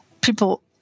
People